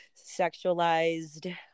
sexualized